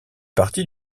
partie